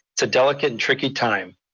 it's a delicate and tricky time.